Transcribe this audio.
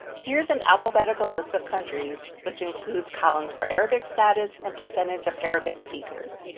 here's an alphabetical list of countries which includes columns for arabic status and percentage of arabic speakers.